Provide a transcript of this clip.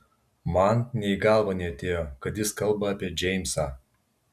man nė į galvą neatėjo kad jis kalba apie džeimsą